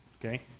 okay